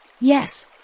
Yes